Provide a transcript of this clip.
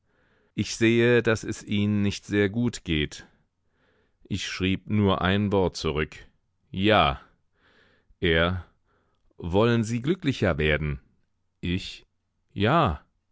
ich sehe daß es ihnen nicht sehr gut geht ich schrieb nur ein wort zurück ja er wollen sie glücklicher werden ich ja